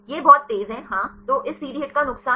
यह बहुत तेज है हां तो इस सीडी हिट का नुकसान